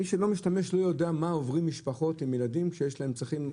מי שלא משתמש לא יודע מה עוברות משפחות עם ילדים שיש להם צרכים,